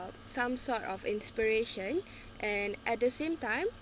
some sort of inspiration and at the same time